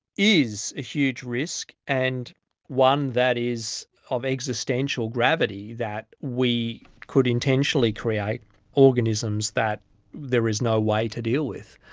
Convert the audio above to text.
is a huge risk, and one that is of existential gravity that we could intentionally create organisms that there is no way to deal with.